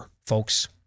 folks